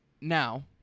Now